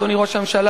אדוני ראש הממשלה,